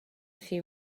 few